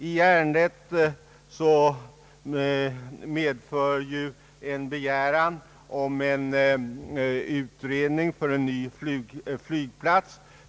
I ärendet förekommer ju en begäran om en utredning av frågan om en ny flygplats.